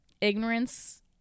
ignorance